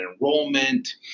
enrollment